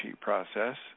process